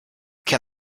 can